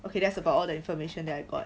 okay that's about all the information that I got